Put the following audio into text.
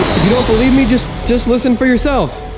if you don't believe me, just just listen for yourself